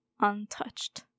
untouched